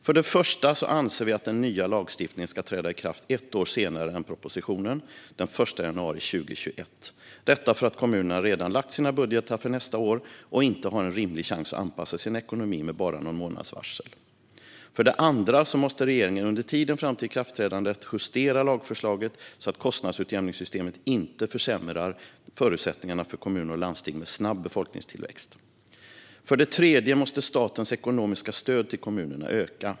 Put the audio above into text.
För det första anser vi att den nya lagstiftningen ska träda i kraft ett år senare än vad som föreslås i propositionen, den 1 januari 2021, detta för att kommunerna redan har beslutat om sina budgetar för nästa år och inte har en rimlig chans att anpassa sin ekonomi med bara någon månads varsel. För det andra måste regeringen under tiden fram till ikraftträdandet justera lagförslaget, så att kostnadsutjämningssystemet inte försämrar förutsättningarna för kommuner och landsting med snabb befolkningstillväxt. För det tredje måste statens ekonomiska stöd till kommunerna öka.